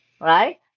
right